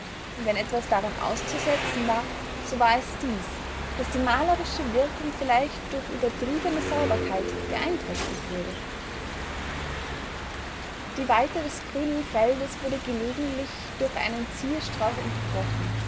weihers wenn etwas daran auszusetzen war so war es dies daß die malerische wirkung vielleicht durch übertriebene sauberkeit beeinträchtigt wurde die weite des grünen feldes wurde gelegentlich durch einen zierstrauch unterbrochen